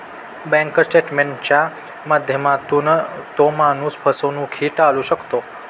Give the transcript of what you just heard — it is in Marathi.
बँक स्टेटमेंटच्या माध्यमातून तो माणूस फसवणूकही टाळू शकतो